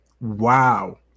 Wow